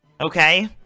Okay